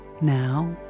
Now